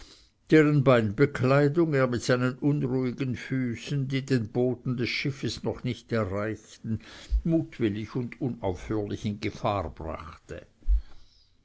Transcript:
deren beinbekleidung er mit seinen unruhigen füßen die den boden des schiffes noch nicht erreichten mutwillig und unaufhörlich in gefahr brachte